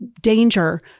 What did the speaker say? danger